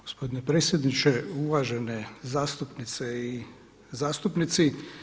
Gospodine predsjedniče, uvažene zastupnice i zastupnici.